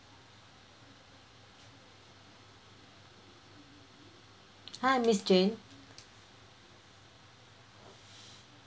hi miss jane